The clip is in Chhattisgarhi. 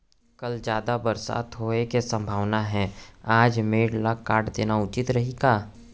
कल जादा बरसात होये के सम्भावना हे, आज मेड़ ल काट देना उचित रही का?